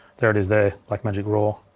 there it is there, blackmagic raw.